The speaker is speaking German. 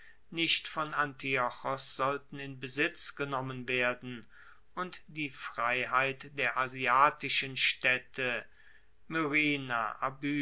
nicht von antiochos sollten in besitz genommen werden und die freiheit der asiatischen staedte myrina